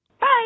Bye